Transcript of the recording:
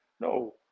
no